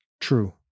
True